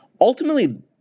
ultimately